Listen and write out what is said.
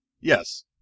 Yes